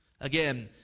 Again